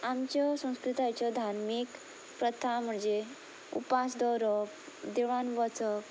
आमच्यो संस्कृतायेच्यो धार्मीक प्रथा म्हणजे उपास दवरप देवळान वचप